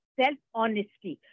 self-honesty